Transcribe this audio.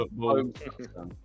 football